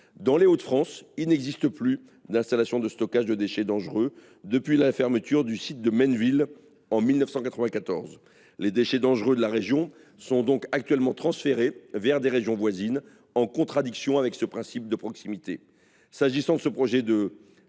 Dans les Hauts de France, il n’existe plus d’installation de stockage des déchets dangereux depuis la fermeture du site de Menneville en 1994. Les déchets dangereux de la région sont donc actuellement transférés vers des régions voisines, en contradiction avec ce principe de proximité. S’agissant de ce projet